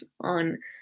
on